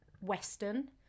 western